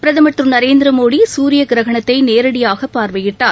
பிரதமர் திருநரேந்திமோடிசூரியகிரகணத்தைநேரடியாகபார்வையிட்டார்